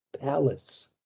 palace